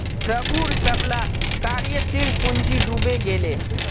रघूर सबला कार्यशील पूँजी डूबे गेले